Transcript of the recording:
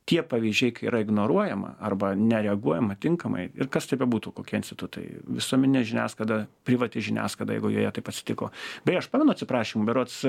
tie pavyzdžiai kai yra ignoruojama arba nereaguojama tinkamai ir kas tai bebūtų kokie institutai visuomeninė žiniasklaida privati žiniasklaida jeigu joje taip atsitiko beje aš pamenu atsiprašymą berods